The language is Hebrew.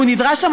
והוא נדרש שם,